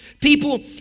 people